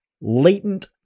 latent